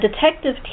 detective